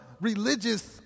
religious